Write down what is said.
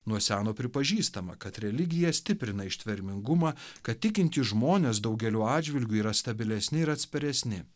nuo seno pripažįstama kad religija stiprina ištvermingumą kad tikintys žmonės daugeliu atžvilgiu yra stabilesni ir atsparesni